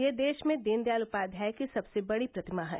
यह देश में दीन दयाल उपाध्याय की सबसे बड़ी प्रतिमा है